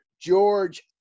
George